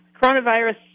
coronavirus